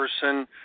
person